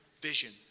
vision